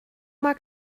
mal